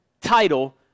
title